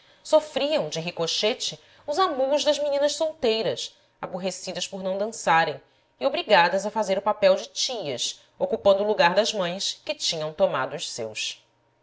sofriam de ricochete os amuos das meninas solteiras aborrecidas por não dançarem e obrigadas a fazer o papel de tias ocupando o lugar das mães que tinham tomado os seus